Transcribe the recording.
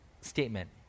statement